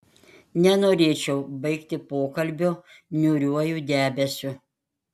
nenorėčiau baigti pokalbio niūriuoju debesiu